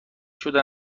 شده